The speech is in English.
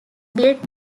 built